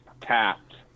tapped